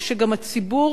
ושגם הציבור